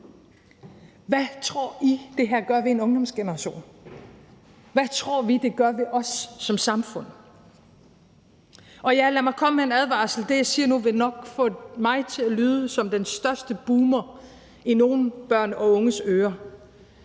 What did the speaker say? Hvad tror I, det her gør ved en ungdomsgeneration? Hvad tror vi, det gør ved os som samfund? Lad mig komme med en advarsel. Det, jeg siger nu, vil nok få mig til at lyde som den største boomer i nogle børn og unge ører.